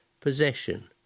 possession